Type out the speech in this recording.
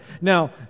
Now